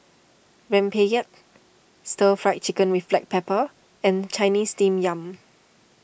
Rempeyek Stir Fried Chicken with Black Pepper and Chinese Steamed Yam